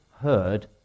heard